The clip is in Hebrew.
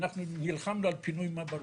ואנחנו נלחמנו על פינוי מעברות.